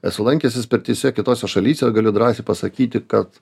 esu lankęsis pirtyse kitose šalyse galiu drąsiai pasakyti kad